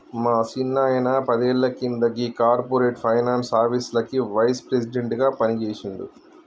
మా సిన్నాయిన పదేళ్ల కింద గీ కార్పొరేట్ ఫైనాన్స్ ఆఫీస్లకి వైస్ ప్రెసిడెంట్ గా పనిజేసిండు